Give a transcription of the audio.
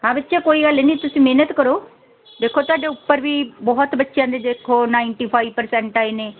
ਹਾਂ ਬੱਚੇ ਉਹ ਕੋਈ ਗੱਲ ਨਹੀਂ ਤੁਸੀਂ ਮਿਹਨਤ ਕਰੋ ਦੇਖੋ ਤੁਹਾਡੇ ਉੱਪਰ ਵੀ ਬਹੁਤ ਬੱਚਿਆਂ ਦੇ ਦੇਖੋ ਨਾਈਨਟੀ ਫਾਈਵ ਪ੍ਰਸੈਂਟ ਆਏ ਨੇ